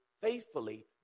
faithfully